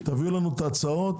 תעבירו לנו את ההצעות